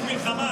יש מלחמה,